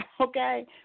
Okay